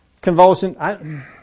convulsion